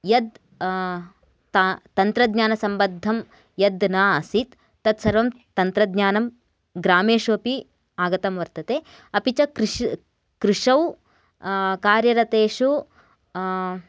यद् ता तन्त्रज्ञानसम्बद्धं यद् न आसीत् तत् सर्वं तन्त्रज्ञानं ग्रामेषु अपि आगतं वर्तते अपि च कृष् कृषौ कार्यरतेषु